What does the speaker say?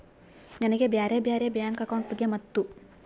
ನನಗೆ ಬ್ಯಾರೆ ಬ್ಯಾರೆ ಬ್ಯಾಂಕ್ ಅಕೌಂಟ್ ಬಗ್ಗೆ ಮತ್ತು?